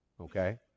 Okay